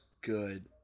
good